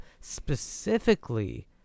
specifically